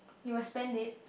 you will spend it